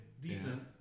decent